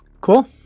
cool